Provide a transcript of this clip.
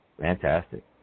Fantastic